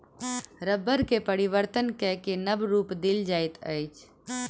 रबड़ के परिवर्तन कय के नब रूप देल जाइत अछि